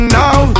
now